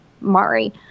Mari